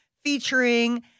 featuring –